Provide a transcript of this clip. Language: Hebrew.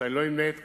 שלא אמנה את כולו,